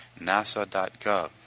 nasa.gov